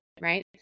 right